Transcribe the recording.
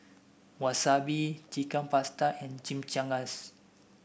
Wasabi Chicken Pasta and Chimichangas